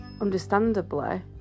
understandably